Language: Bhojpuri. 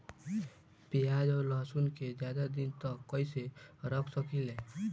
प्याज और लहसुन के ज्यादा दिन तक कइसे रख सकिले?